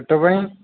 ପେଟ ପାଇଁ